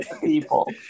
people